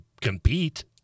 compete